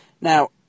Now